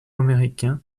américains